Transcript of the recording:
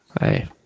Hey